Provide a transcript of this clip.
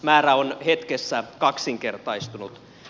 määrä on hetkessä kaksinkertaistunut